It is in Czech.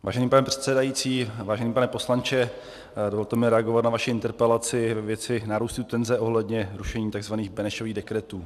Vážený pane předsedající, vážený pane poslanče, dovolte mi reagovat na vaši interpelaci ve věci nárůstu tenze ohledně rušení tzv. Benešových dekretů.